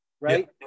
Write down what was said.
right